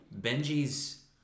Benji's